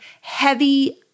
heavy